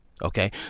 Okay